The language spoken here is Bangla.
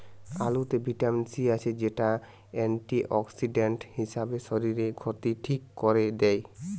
আলুতে ভিটামিন সি আছে, যেটা অ্যান্টিঅক্সিডেন্ট হিসাবে শরীরের ক্ষতি ঠিক কোরে দেয়